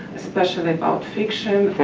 especially about fiction,